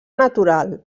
natural